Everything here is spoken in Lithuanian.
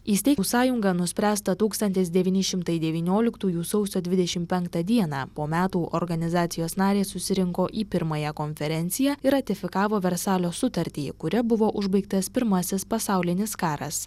įsteigus sąjungą nuspręsta tūkstantis devyni šimtai devynioliktųjų sausio dvidešim penktą dieną po metų organizacijos narės susirinko į pirmąją konferenciją ir ratifikavo versalio sutartį kuria buvo užbaigtas pirmasis pasaulinis karas